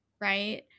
right